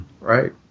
Right